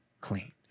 clean